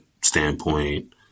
standpoint